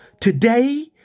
Today